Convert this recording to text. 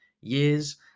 years